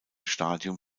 stadium